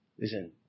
Listen